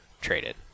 traded